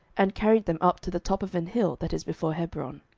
and carried them up to the top of an hill that is before hebron.